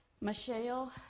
Michelle